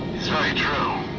it's very true.